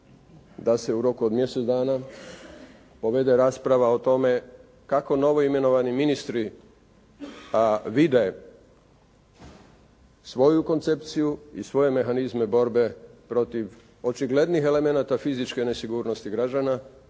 da se u roku od mjesec dana povede rasprava o tome kako novoimenovani ministri vide svoju koncepciju i svoje mehanizme borbe protiv očiglednih elemenata fizičke nesigurnosti građana